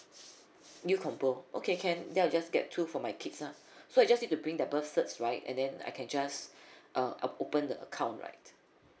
youth combo okay can then I'll just get two for my kids lah so I just need to bring the birth's cert right and then I can just uh open the account right